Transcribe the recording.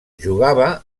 jugava